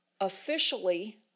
officially